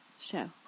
show